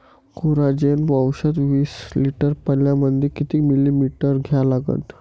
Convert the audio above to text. Coragen औषध विस litre पंपामंदी किती मिलीमिटर घ्या लागन?